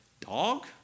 dog